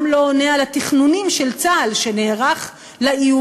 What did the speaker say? גם לא עונה על התכנונים של צה"ל שנערך לאיומים,